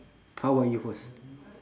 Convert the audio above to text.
how about you first